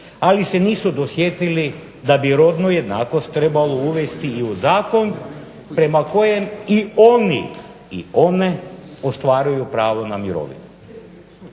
ali se nisu dosjetili da bi rodnu jednakost trebalo uvesti i u zakon prema kojem i oni i one ostvaruju pravo na mirovinu.